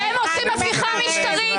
שאלה עושים הפיכה משטרית.